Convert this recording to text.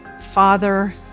father